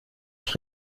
pris